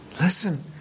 Listen